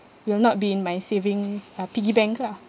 it will not be in my savings uh piggy bank lah